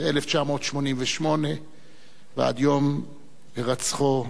ב-1988 ועד יום הירצחו,